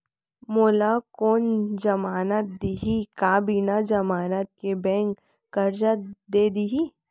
मोला कोन जमानत देहि का बिना जमानत के बैंक करजा दे दिही?